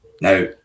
Now